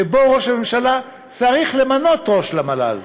שבו ראש הממשלה צריך למנות ראש למל"ל.